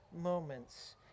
moments